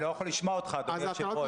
אני לא יכול לשמוע אותך, אדוני היושב-ראש.